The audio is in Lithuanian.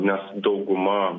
nes dauguma